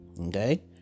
okay